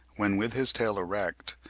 when with his tail erect,